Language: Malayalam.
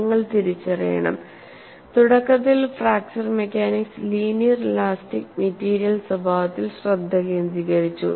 നിങ്ങൾ തിരിച്ചറിയണം തുടക്കത്തിൽ fracture mechanics linear elastic material സ്വഭാവത്തിൽ ശ്രദ്ധ കേന്ദ്രീകരിച്ചു